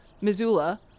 Missoula